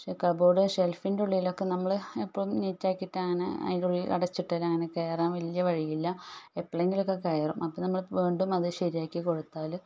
പക്ഷെ കബോർഡ് ഷെൽഫിൻ്റെ ഉള്ളിലൊക്കെ നമ്മൾ എപ്പോഴും നീറ്റാക്കിയിട്ടങ്ങനെ അതിൻ്റെ ഉള്ളിൽ അടച്ചിട്ടാലങ്ങനെ കയറാൻ വലിയ വഴിയില്ല എപ്പോഴെങ്കിലുമൊക്കെ കയറും അപ്പോൾ നമ്മ അത് വീണ്ടും ശരിയാക്കി കൊടുത്താൽ